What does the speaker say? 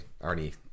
already